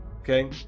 okay